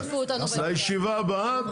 לישיבה הבאה